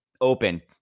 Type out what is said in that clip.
open